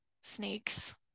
snakes